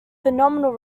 phenomenal